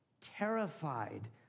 terrified